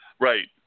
Right